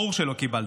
ברור שלא קיבלתם.